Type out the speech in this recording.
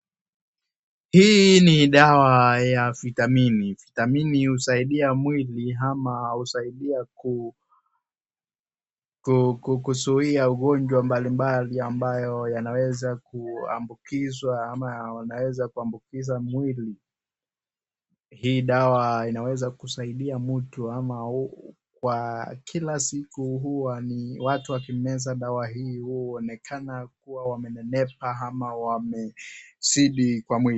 Hii ni dawa ya vitamini. Vitamini husaidia mwili ama husaidia kuzuia ugonjwa mbalimbali ambayo yanaweza kuambukizwa ama wanaweza kuambukiza mwili. Hii dawa inaweza kumsaidia mtu ama kwa kila siku huwa ni watu wakimeza dawa hii huonekana kuwa wamenenepa ama wamezidi kwa mwili.